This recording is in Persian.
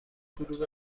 کلوب